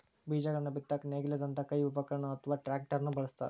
ಬೇಜಗಳನ್ನ ಬಿತ್ತಾಕ ನೇಗಿಲದಂತ ಕೈ ಉಪಕರಣ ಅತ್ವಾ ಟ್ರ್ಯಾಕ್ಟರ್ ನು ಬಳಸ್ತಾರ